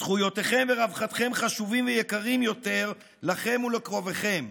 זכויותיכם ורווחתכם חשובים ויקרים יותר לכם ולקרוביכם.